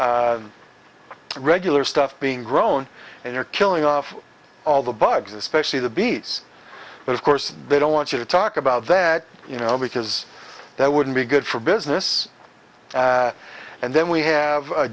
enough regular stuff being grown and you're killing off all the bugs especially the bees but of course they don't want you to talk about that you know because that wouldn't be good for business and then we have a